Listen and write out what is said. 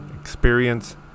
experience